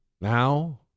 Now